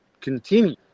continue